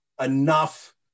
enough